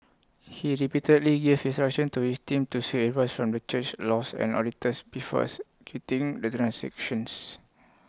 he repeatedly gave instructions to his team to seek advice from the church's laws and auditors executing the transactions